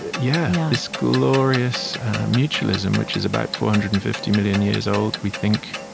yeah this glorious mutualism, which is about four hundred and fifty million years old, we think,